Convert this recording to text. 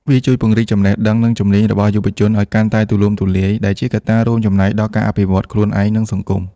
វាជួយ ពង្រីកចំណេះដឹង និងជំនាញ របស់យុវជនឱ្យកាន់តែទូលំទូលាយ ដែលជាកត្តារួមចំណែកដល់ការអភិវឌ្ឍន៍ខ្លួនឯង និងសង្គម។